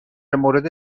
مورد